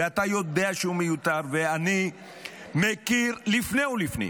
ואתה יודע שהוא מיותר, ואני מכיר לפני ולפנים.